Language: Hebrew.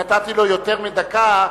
נתתי לו יותר מדקה,